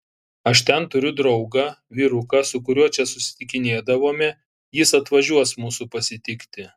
aš ten turiu draugą vyruką su kuriuo čia susitikinėdavome jis atvažiuos mūsų pasitikti